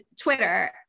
Twitter